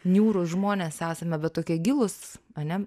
niūrūs žmonės esame bet tokie gilūs ane